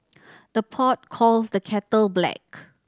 the pot calls the kettle black